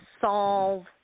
solve